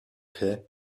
quai